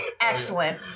Excellent